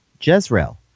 jezreel